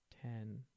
Ten